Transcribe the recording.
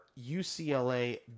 UCLA